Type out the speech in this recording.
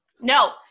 No